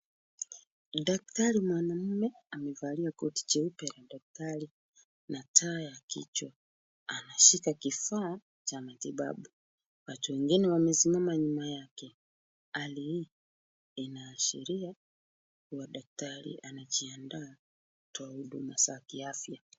Daktari mwanaume amevalia koti jeupe ya daktari na taa ya kichwa. Anashika kifaa ya matibabu. Watu wengine wamesimama nyuma yake. Hali hii inaashiria kuwa daktari anajiandaa kutoa huduma za kiafya.